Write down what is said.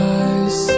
eyes